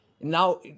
Now